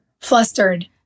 flustered